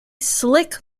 slick